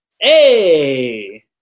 Hey